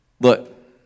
look